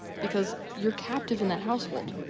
because you're captive in that household.